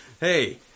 Hey